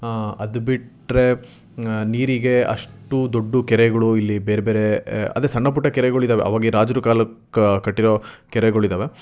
ಅದು ಬಿಟ್ಟರೆ ನೀರಿಗೆ ಅಷ್ಟು ದೊಡ್ಡ ಕೆರೆಗಳು ಇಲ್ಲಿ ಬೇರೆಬೇರೆ ಅದೇ ಸಣ್ಣಪುಟ್ಟ ಕೆರೆಗಳು ಇದ್ದಾವೆ ಅವಾಗೆ ರಾಜರು ಕಾಲಕ್ಕೆ ಕಟ್ಟಿರೋ ಕೆರೆಗಳಿದಾವೆ